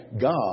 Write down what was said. God